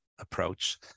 approach